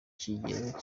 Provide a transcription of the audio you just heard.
kigero